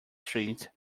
street